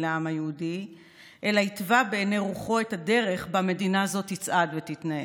לעם היהודי אלא התווה בעיני רוחו את הדרך שבה מדינה זו תצעד ותתנהל: